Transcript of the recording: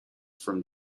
from